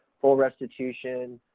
full restitution,